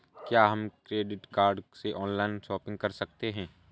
क्या हम credit card से ऑनलाइन शॉपिंग कर सकते हैं?